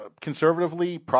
Conservatively